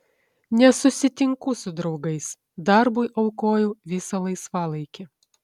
nesusitinku su draugais darbui aukoju visą laisvalaikį